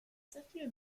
zerfiel